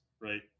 right